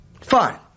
Fine